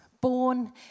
born